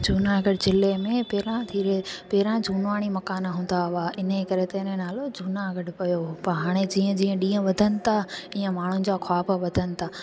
जूनागढ़ ज़िले में पहिरियां धीरे पहिरियां झूनाणी मकान हूंदा हुआ इन जे करे त हिन जो नालो जूनागढ़ पयो हुओ हाणे जीअं जीअं ॾींहं वधनि था तीअं माण्हुनि जा ख़्वाब वधनि था